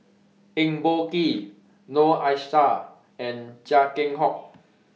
Eng Boh Kee Noor Aishah and Chia Keng Hock